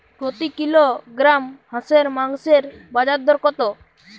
প্রতি কিলোগ্রাম হাঁসের মাংসের বাজার দর কত?